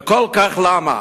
ולמה?